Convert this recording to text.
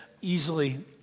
easily